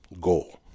goal